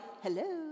hello